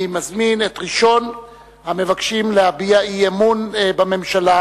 אני מזמין את ראשון המבקשים להביע אי-אמון בממשלה,